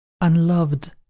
Unloved